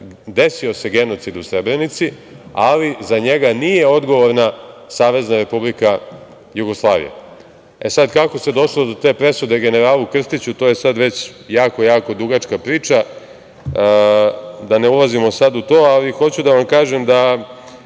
desio se genocid u Srebrenici, ali za njega nije odgovorna Savezna Republika Jugoslavija. E sad, kako se došlo do te presude generalu Krstiću to je sad već jako, jako dugačka priča, da ne ulazimo sad u to, ali hoću da vam kažem da